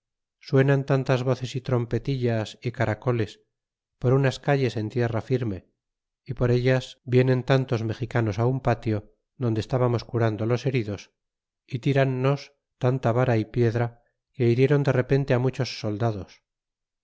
suenan tantas voces y trompetillas é caracoles por unas calles en tierra firme y por ellas vienen tantos mexicanos un patio donde estábamos curando los heridos é tírannos tanta vara y piedra que hiriéron de repente muchos soldados